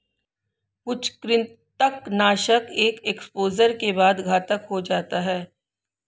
कुछ कृंतकनाशक एक एक्सपोजर के बाद घातक हो जाते है